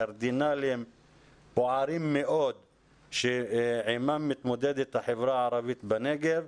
קרדינליים בוערים מאוד עימם מתמודדת החברה הערבית בנגב.